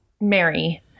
Mary